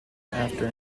after